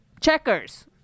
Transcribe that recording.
Checkers